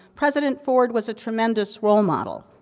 president ford was a tremendous role model.